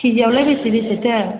किजियावलाय बेसे बेसेथो